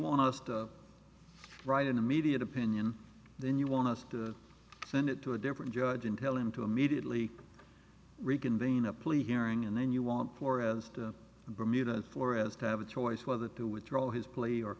want us to write an immediate opinion then you want us to send it to a different judge and tell him to immediately reconvene a plea hearing and then you want to bermuda flores have a choice whether to withdraw his plea or